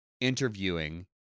interviewing